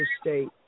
state